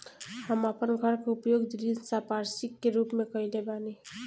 हम आपन घर के उपयोग ऋण संपार्श्विक के रूप में कइले बानी